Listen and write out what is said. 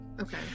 Okay